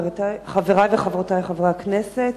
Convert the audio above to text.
חברי וחברותי חברי הכנסת,